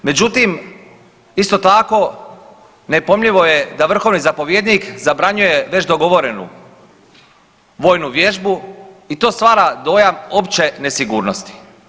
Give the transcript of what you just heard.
Međutim, isto tako nepojmljivo je da vrhovni zapovjednih zabranjuje već dogovorenu vojnu vježbu i to stvara dojam opće nesigurnosti.